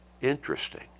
Interesting